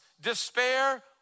despair